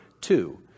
two